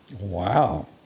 Wow